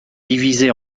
divisé